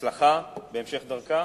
הצלחה בהמשך דרכה.